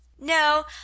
No